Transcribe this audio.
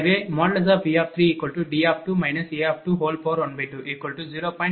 எனவேV3D2 A120